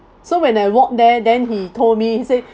so when I walked there then he told me he said